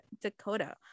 dakota